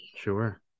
Sure